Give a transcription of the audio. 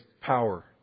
power